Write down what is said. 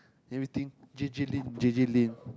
everything J_J-Lin J_J-Lin